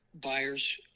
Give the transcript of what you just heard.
buyers